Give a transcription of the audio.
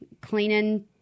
cleaning